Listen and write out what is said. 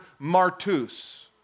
martus